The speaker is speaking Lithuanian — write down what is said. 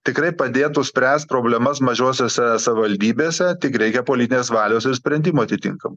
tikrai padėtų spręst problemas mažosiose savivaldybėse tik reikia politinės valios ir sprendimų atitinkamų